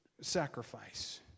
sacrifice